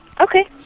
Okay